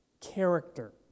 character